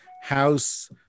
House